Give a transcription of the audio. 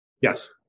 Yes